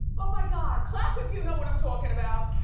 oh my god! clap if you know what i'm talking about.